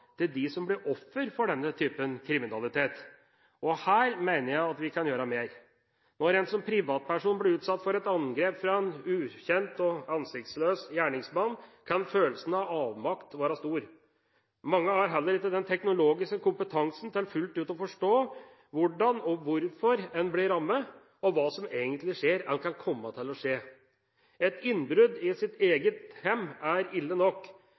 til dem som blir offer for denne typen kriminalitet. Her mener jeg at vi kan gjøre mer. Når en som privatperson blir utsatt for et angrep fra en ukjent og ansiktsløs gjerningsmann, kan følelsen av avmakt være stor. Mange har heller ikke den teknologiske kompetansen til fullt ut å forstå hvordan og hvorfor en blir rammet, og hva som egentlig skjer eller kan komme til å skje. Et innbrudd i eget hjem er ille nok,